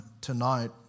tonight